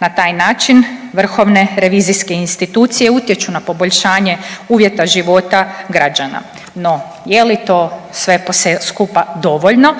Na taj način vrhovne revizijske institucije utječu na poboljšanje uvjeta života građana. No, je li to sve skupa dovoljno?